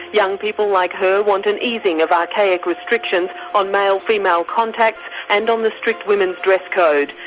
young people like her want an easing of archaic restrictions on male-female contacts and on the strict women's dress code.